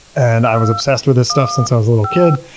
and i was obsessed with this stuff since i was a little kid.